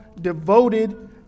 devoted